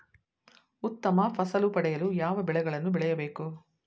ಉತ್ತಮ ಫಸಲು ಪಡೆಯಲು ಯಾವ ಬೆಳೆಗಳನ್ನು ಬೆಳೆಯಬೇಕು?